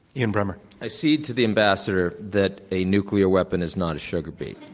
ian bremmer. i cede to the ambassador that a nuclear weapon is not a sugar beet.